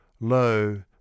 Lo